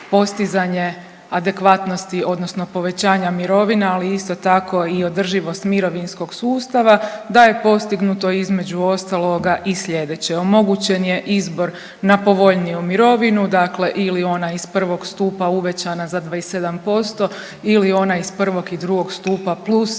postizanje adekvatnosti odnosno povećanja mirovina, ali isto tako i održivost mirovinskog sustava da je postignuto između ostaloga i sljedeće, omogućen je izbor na povoljniju mirovinu dakle ili ona iz 1. stupa uvećana za 27% ili ona iz 1. i 2. stupa plus